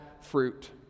fruit